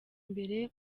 imbere